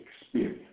experience